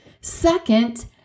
Second